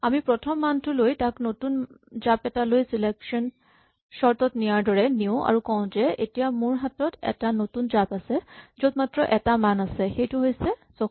আমি প্ৰথম মানটো লৈ তাক নতুন জাপ এটালৈ চিলেকচন চৰ্ট ত নিয়াৰ দৰেই নিওঁ আৰু কওঁ যে এতিয়া মোৰ হাতত এটা নতুন জাপ আছে য'ত মাত্ৰ এটা মান আছে সেইটো হৈছে ৭৪